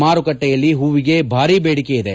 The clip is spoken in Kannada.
ಮಾರುಕಟ್ಟೆಯಲ್ಲಿ ಹೂವಿಗೆ ಬಾರಿ ಬೇಡಿಕೆ ಇದೆ